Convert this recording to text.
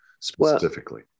specifically